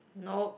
nope